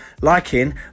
liking